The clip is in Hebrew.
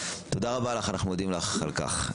תודה רבה לך, אנחנו מודים לך על כך.